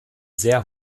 sehr